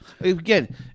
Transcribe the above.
Again